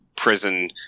prison